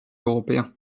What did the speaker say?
européens